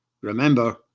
Remember